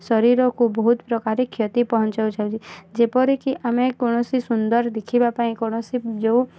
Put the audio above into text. ଶରୀରକୁ ବହୁତ ପ୍ରକାରରେ କ୍ଷତି ପହଞ୍ଚାଉଛନ୍ତି ଯେପରିକି ଆମେ କୌଣସି ସୁନ୍ଦର ଦେଖିବା ପାଇଁ କୌଣସି ଯେଉଁ